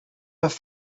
have